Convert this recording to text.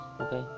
okay